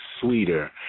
sweeter